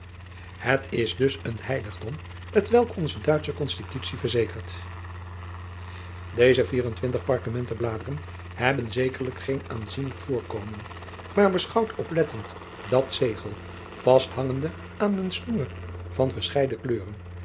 et is dus een heiligdom hetwelk onze uitsche onstitutie verzekert eze vier en twintig parkementen bladeren hebben zekerlijk geen aanzienlijk voorkomen maar beschouwt oplettend dat zegel vasthangende aan een snoer van verscheiden kleuren